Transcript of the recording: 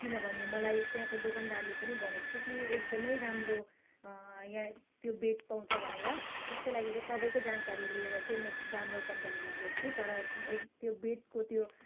किनभने मलाई त्यहाँको दोकानदारले पनि भनेको थियो कि एकदमै राम्रो यहाँ त्यो बेड पाउँछ भनेर त्यसकै लागि चाहिँ सबैको जानकारी लिएर चाहिँ म त्यो दाम्रो कम्पनीमा गएको थिएँ तर त्यो बेडको त्यो